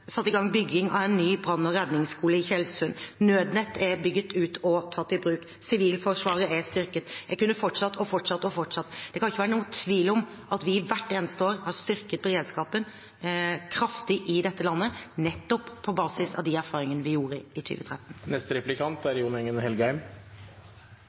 satt i gang bygging av en ny brann- og redningsskole i Tjeldsund. Nødnett er bygget ut og tatt i bruk. Sivilforsvaret er styrket. Jeg kunne fortsatt og fortsatt og fortsatt. Det kan ikke være noen tvil om at vi hvert eneste år har styrket beredskapen kraftig i dette landet, nettopp på bakgrunn av de erfaringene vi gjorde i